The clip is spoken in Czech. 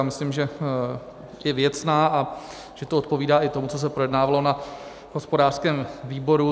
Myslím, že je věcná a že to odpovídá i tomu, co se projednávalo na hospodářském výboru.